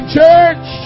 church